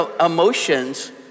emotions